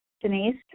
Denise